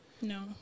No